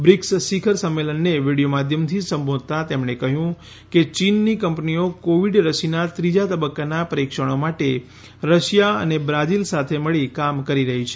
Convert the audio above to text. BRICS શિખર સંમેલનને video માધ્યમથી સંબોધતા તેમણે કહ્યું કે ચીનની કંપનીઓ કોવિડ રસીના ત્રીજા તબક્કાના પરીક્ષણો માટે રશિયા અને બ્રાઝિલ સાથે મળી કામ કરી રહી છે